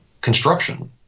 construction